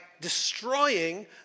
destroying